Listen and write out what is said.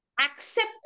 accept